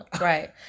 Right